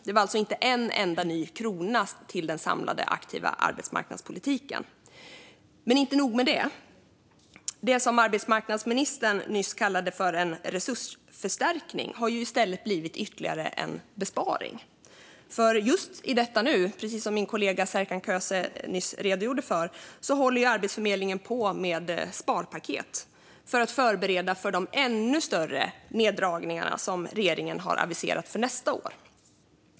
Det var alltså inte en enda ny krona till den samlade aktiva arbetsmarknadspolitiken. Men inte nog med det - det som arbetsmarknadsministern nyss kallade en resursförstärkning har i stället blivit ytterligare en besparing. Just i detta nu håller Arbetsförmedlingen, precis som min kollega Serkan Köse nyss redogjorde för, på med sparpaket för att förbereda för de ännu större neddragningar som regeringen har aviserat för nästa år.